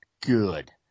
good